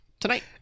Tonight